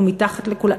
הוא מתחת לכולם?